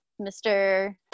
Mr